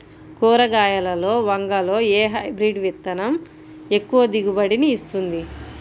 కూరగాయలలో వంగలో ఏ హైబ్రిడ్ విత్తనం ఎక్కువ దిగుబడిని ఇస్తుంది?